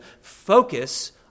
focus